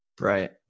right